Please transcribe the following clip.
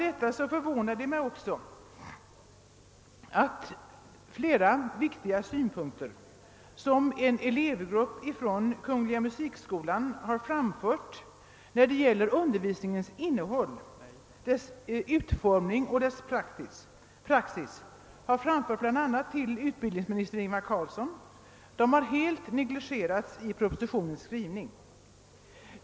Det förvånar mig också att flera viktiga synpunkter på musikundervisningens innehåll, utformning och praxis som framförts av en elevgrupp vid kungl. musikhögskolan — bl.a. till ut bildningsminister Ingvar Carlsson — har helt negligerats i propositionen.